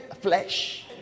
flesh